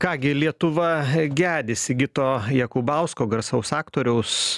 ką gi lietuva gedi sigito jakubausko garsaus aktoriaus